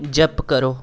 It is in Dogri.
जप करो